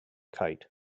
kite